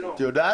את יודעת?